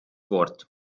wort